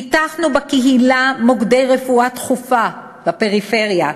פיתחנו בפריפריה מוקדי רפואה דחופה בקהילה,